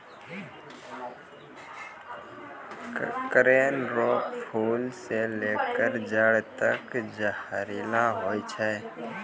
कनेर रो फूल से लेकर जड़ तक जहरीला होय छै